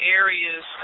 areas